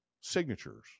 signatures